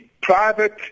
private